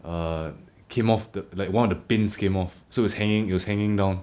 err came off the like one of the pins came off so it's hanging it was hanging down